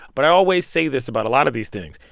but i always say this about a lot of these things.